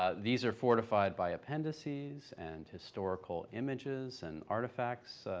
ah these are fortified by appendices and historical images and artifacts,